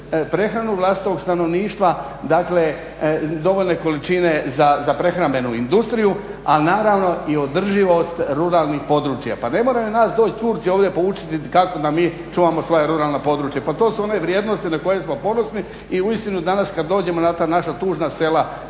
prehranu vlastitog stanovništva, dakle dovoljne količine za prehrambenu industriju, ali naravno i održivost ruralnih područja. Pa ne moraju nas doći Turci ovdje poučiti kako da mi čuvamo svoja ruralna područja, pa to su one vrijednosti na koje smo ponosni i uistinu danas kad dođemo na ta naša tužna sela